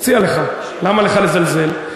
למה לך לזלזל?